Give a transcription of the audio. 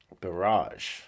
barrage